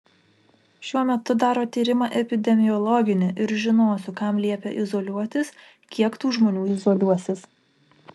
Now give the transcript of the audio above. šiuo metu daro tyrimą epidemiologinį ir žinosiu kam liepia izoliuotis kiek tų žmonių izoliuosis